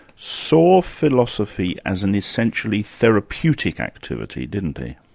saw philosophy as an essentially therapeutic activity, didn't he?